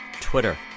Twitter